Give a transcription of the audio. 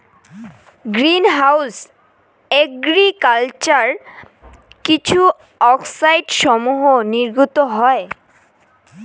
green house agriculture কিছু অক্সাইডসমূহ নির্গত হয়